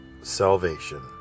salvation